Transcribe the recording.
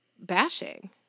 bashing